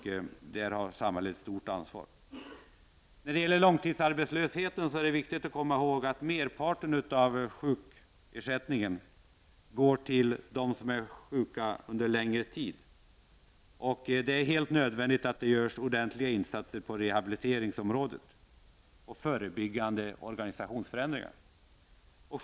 Där har samhället ett stort ansvar. När det gäller långtidsarbetslösheten är det viktigt att komma ihåg att merparten av sjukersättningen går till dem som är sjuka under en längre tid. Det är helt nödvändigt att det görs ordentliga insatser på rehabiliteringsområdet och att förebyggande organisationsförändringar företas.